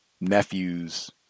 nephews